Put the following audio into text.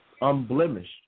unblemished